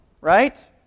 right